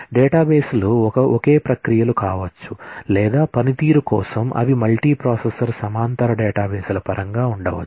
డేటాబేస్లు ఒకే ప్రక్రియలు కావచ్చు లేదా పనితీరు కోసం అవి మల్టీప్రాసెసర్ సమాంతర డేటాబేస్ల పరంగా ఉండవచ్చు